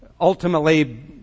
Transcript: ultimately